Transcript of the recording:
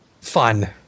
fun